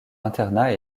internat